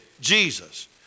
Jesus